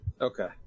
Okay